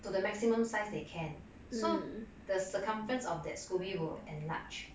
to the maximum size they can so the circumference of that scoby will enlarge